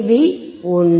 we 1